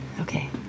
Okay